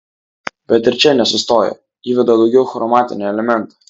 bet ir čia nesustoja įveda daugiau chromatinio elemento